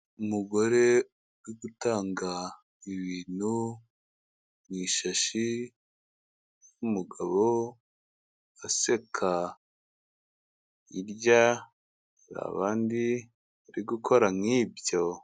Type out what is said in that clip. Umugore uri gutanga ibintu mu ishashi n'umugabo aseka, hirya hari abandi bari gukora nk'ibyo.